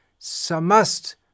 samast